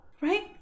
right